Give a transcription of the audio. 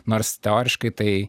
nors teoriškai tai